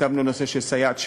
תקצבנו את הנושא של סייעת שנייה,